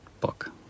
book